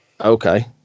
Okay